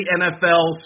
NFL